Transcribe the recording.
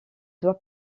doit